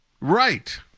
Right